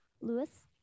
Lewis